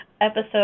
episode